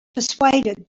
persuaded